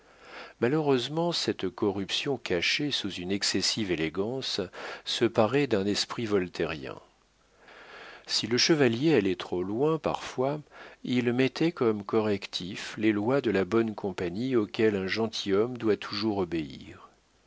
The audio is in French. malheureusement cette corruption cachée sous une excessive élégance se parait d'un esprit voltairien si le chevalier allait trop loin parfois il mettait comme correctif les lois de la bonne compagnie auxquelles un gentilhomme doit toujours obéir